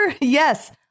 Yes